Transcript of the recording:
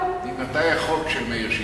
ממתי החוק של מאיר שטרית?